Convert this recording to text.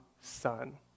Son